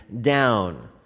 down